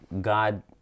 God